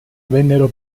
vennero